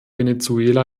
venezuela